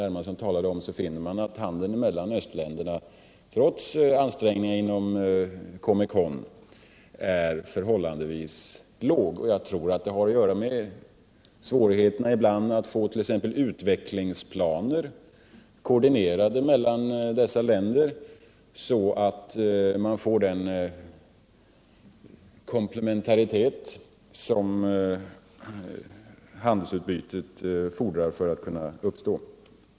Hermansson talade om, finner man att handeln mellan östländerna — trots ansträngningar inom Comecon - är förhållandevis låg. Jag tror detta har att göra med svårigheterna att ibland få utvecklingsplaner koordinerade mellan dessa länder, så att den komplementaritet kan erhållas som fordras för att ett handelsutbyte skall kunna uppstå.